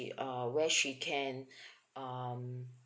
uh where she can um